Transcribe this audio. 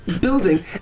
building